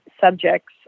subjects